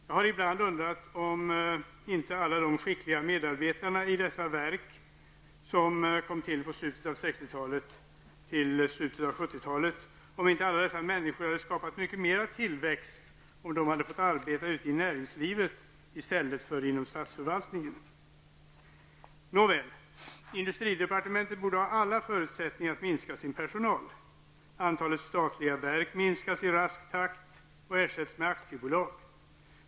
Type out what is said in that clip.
Jag har ibland undrat om inte alla de skickliga medarbetarna i dessa verk, som kom till under slutet av 1960-talet fram till energiverkets tillkomst i slutet av 1970-talet, hade skapat mycket mer tillväxt, om de hade fått arbeta ute i näringslivet i stället för inom statsförvaltningen. Nåväl, industridepartementet borde ha alla förutsättningar att minska sin personal. Antalet statliga verk minskas i rask takt och ersätts med aktiebolag.